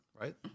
right